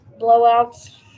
blowouts